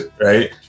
Right